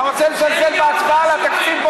אתה רוצה לזלזל בהצבעה על התקציב?